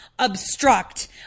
obstruct